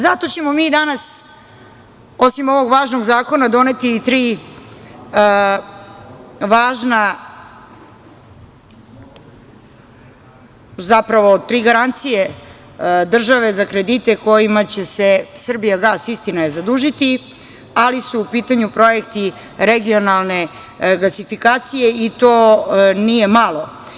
Zato ćemo mi danas, osim ovog važnog zakona, doneti i tri garancije države za kredite kojima će se „Srbijagas“, istina je, zadužiti, ali su u pitanju projekti regionalne gasifikacije i to nije malo.